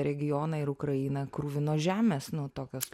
regioną ir ukrainą kruvinos žemės nu tokios